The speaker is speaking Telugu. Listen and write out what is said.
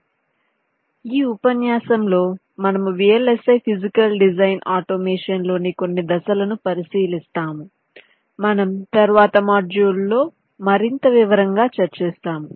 కావున ఈ ఉపన్యాసంలో మనము VLSI ఫిజికల్ డిజైన్ ఆటోమేషన్లోని కొన్ని దశలను పరిశీలిస్తాము మనం తరువాత మాడ్యూల్లో మరింత వివరంగా చర్చిస్తాము